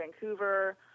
Vancouver